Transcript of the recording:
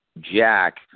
Jack